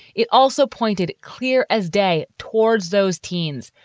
it also pointed clear as day towards those teens,